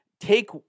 take